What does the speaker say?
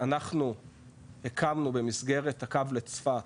אנחנו הקמנו במסגרת הקו לצפת,